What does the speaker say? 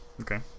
Okay